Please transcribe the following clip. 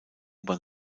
bahn